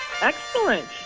Excellent